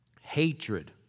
Hatred